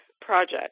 project